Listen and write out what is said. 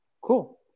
Cool